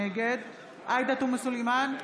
נגד עאידה תומא סלימאן,